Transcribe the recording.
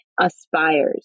aspires